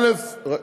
א.